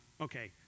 Okay